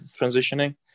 transitioning